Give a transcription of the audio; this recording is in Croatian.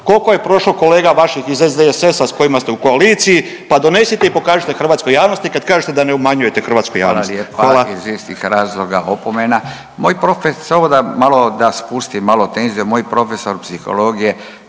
kolko je prošlo kolega vaših iz SDSS-a s kojima ste u koaliciji pa donesite i pokažite hrvatskoj javnosti kad kažete da ne obmanjujete hrvatsku javnost. Hvala.